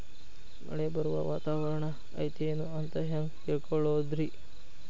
ಮಳೆ ಬರುವ ವಾತಾವರಣ ಐತೇನು ಅಂತ ಹೆಂಗ್ ತಿಳುಕೊಳ್ಳೋದು ರಿ?